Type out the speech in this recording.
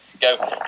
go